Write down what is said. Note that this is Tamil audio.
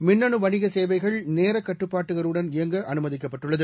மின்னணுவணிகசேவைகள் நேரக் கட்டுப்பாடுகளுடன் இயங்கஅனுமதிக்கப்பட்டுள்ளது